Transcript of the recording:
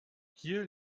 hier